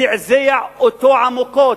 זעזע אותו עמוקות,